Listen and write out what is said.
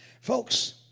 Folks